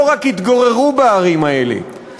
לא רק יתגוררו בערים האלה.